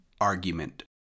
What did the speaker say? argument